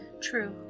True